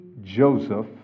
Joseph